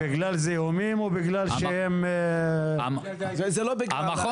בגלל זיהומים או בגלל שהם --- זה לא בגלל הדייג --- המכון